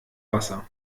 wasser